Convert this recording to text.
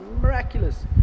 miraculous